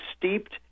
steeped